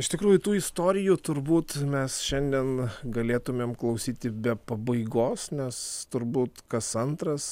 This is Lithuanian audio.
iš tikrųjų tų istorijų turbūt mes šiandien galėtumėm klausyti be pabaigos nes turbūt kas antras